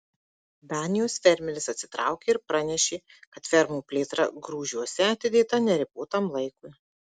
danijos fermeris atsitraukė ir pranešė kad fermų plėtra grūžiuose atidėta neribotam laikui